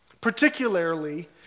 particularly